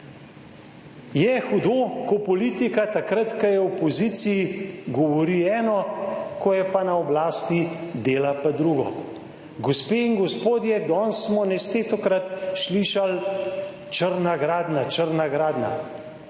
Je hudo, ko politika takrat, ko je v opoziciji, govori eno, ko je pa na oblasti, dela pa drugo. Gospe in gospodje, danes smo neštetokrat slišali: črna gradnja, črna gradnja.